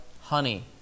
honey